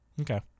Okay